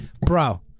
Bro